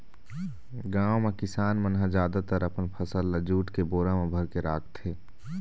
गाँव म किसान मन ह जादातर अपन फसल ल जूट के बोरा म भरके राखथे